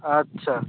আচ্ছা